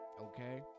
okay